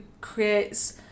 creates